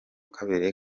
kabiri